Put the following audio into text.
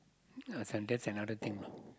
uh so that's another thing lah